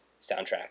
soundtrack